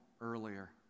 earlier